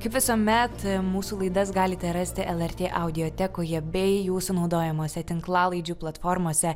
kaip visuomet mūsų laidas galite rasti lrt audiotekoje bei jūsų naudojamose tinklalaidžių platformose